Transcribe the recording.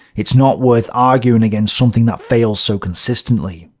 it's not worth arguing against something that fails so consistently.